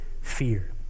fear